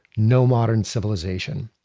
no modern civilization.